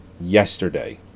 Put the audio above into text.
yesterday